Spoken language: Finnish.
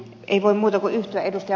ei voi muuta kuin yhtyä ed